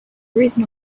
reason